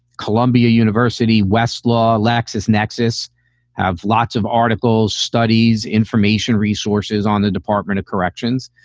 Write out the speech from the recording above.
columbia university, westlaw, lexis nexis have lots of articles, studies, information, resources on the department of corrections.